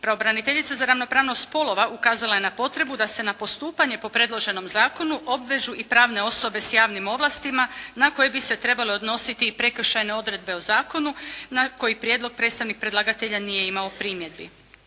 Pravobraniteljica za ravnopravnost spolova ukazala je na potrebu da se na postupanje po predloženom zakonu obvežu i pravne osobe s javnim ovlastima na koje bi se trebale odnositi i prekršajne odredbe o zakonu na koji prijedlog predstavnik predlagatelja nije imao primjedbi.